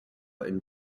and